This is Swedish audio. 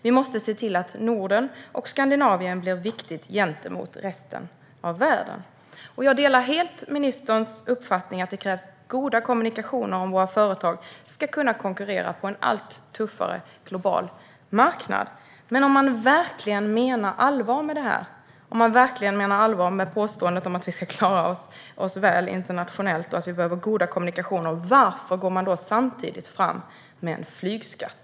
Vi måste se till att Norden och Skandinavien blir viktigt gentemot resten av världen." Jag delar helt ministerns uppfattning att det krävs goda kommunikationer om våra företag ska kunna konkurrera på en allt tuffare global marknad. Men om man verkligen menar allvar med det här, om man verkligen menar allvar med påståendet att vi ska klara oss väl internationellt och att vi behöver goda kommunikationer, varför går man då samtidigt fram med en flygskatt?